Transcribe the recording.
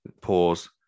pause